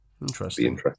interesting